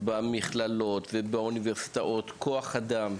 במכללות ובאוניברסיטאות כוח אדם,